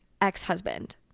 ex-husband